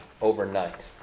Overnight